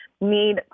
need